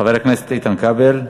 חבר הכנסת איתן כבל,